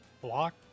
block